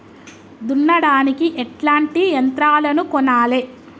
దున్నడానికి ఎట్లాంటి యంత్రాలను కొనాలే?